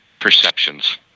perceptions